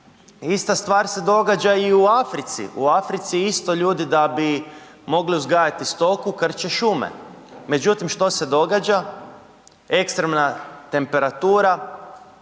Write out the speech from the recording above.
Ista stvar se događa i u Africi, u Africi isto ljudi da bi mogli uzgajati krče šume, međutim što se događa ekstremna temperatura